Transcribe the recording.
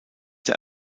der